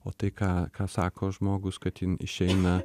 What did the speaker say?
o tai ką ką sako žmogus kad jin išeina